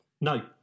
No